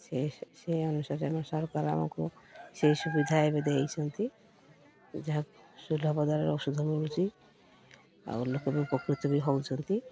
ସେ ସେଇ ଅନୁସାରେ ଆମ ସରକାର ଆମକୁ ସେଇ ସୁବିଧା ଏବେ ଦେଇଛନ୍ତି ଯାହା ସୁଲଭ ଦରରେ ଔଷଧ ମିଳୁଛି ଆଉ ଲୋକ ବି ଉପକୃତ ବି ହେଉଛନ୍ତି